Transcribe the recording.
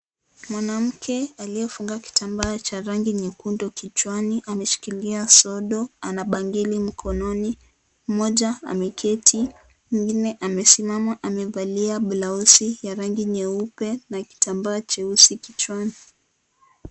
Mwanamke aliyefunga kitamba cha rangi nyekundu kichwani ameshikilia sodo ana bangili mikononi moja ameketi mwengine amesimama amevalia blouse ya rangi nyeupe na kitamba jeupe kichwani.